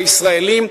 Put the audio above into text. לישראלים,